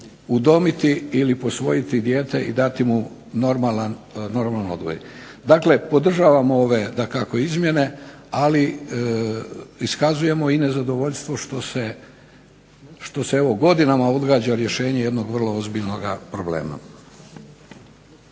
udomiti ili posvojiti dijete i dati mu normalan odgoj. Dakle, podržavamo ove dakako izmjene, ali iskazujemo i nezadovoljstvo što se evo godinama odgađa rješenje jednog vrlo ozbiljnoga problema.